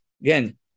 again